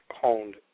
honed